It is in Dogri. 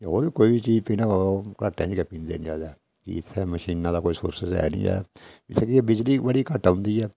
उब्भी कोई चीज पीह्ना प'वै ओह् घराटें च गै पींह्दे न जैदा इत्थै मशीनें दा कोई सोर्स है निं ऐ इत्थै की जे बिजली बड़ी घट्ट औंदी ऐ